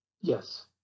Yes